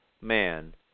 man